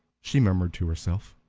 she murmured to herself.